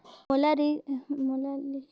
मोला मोर बेटी ला पढ़ाना है तो ऋण ले बर कइसे करो